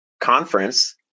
conference